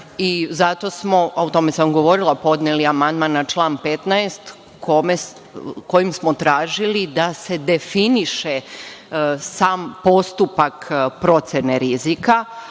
rizika. Zato smo, o tome sam govorila, podneli amandman na član 15. kojim smo tražili da se definiše sam postupak procene rizika,